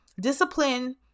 Discipline